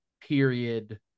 period